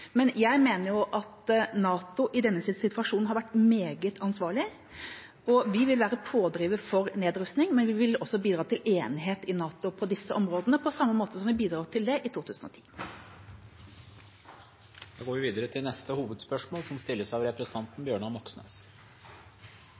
men jeg mener at NATO i denne situasjonen har vært meget ansvarlig. Vi vil være pådriver for nedrustning, men vi vil også bidra til enighet i NATO på disse områdene, på samme måte som vi bidro til det i 2010. Vi går videre til neste hovedspørsmål. I Dagbladet denne uken kunne vi lese at Kjerkol mente at nedlegging av